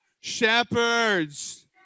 shepherds